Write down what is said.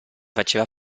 faceva